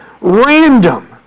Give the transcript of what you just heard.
random